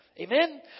Amen